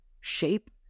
shape